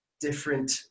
different